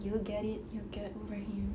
you get it you get over him